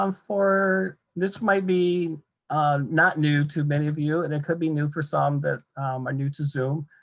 um for, this might be um not new to many of you, and it could be new for some that are new to zoom.